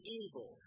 evil